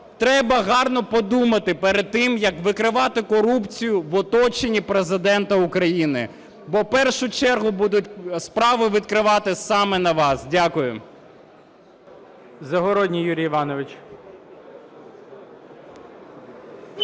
треба гарно подумати перед тим, як викривати корупцію в оточенні Президента України. Бо в першу чергу будуть справи відкривати саме на вас. Дякую. ГОЛОВУЮЧИЙ. Загородній Юрій Іванович.